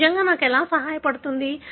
ఇది నిజంగా నాకు ఎలా సహాయపడుతుంది